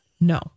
No